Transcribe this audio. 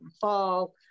fall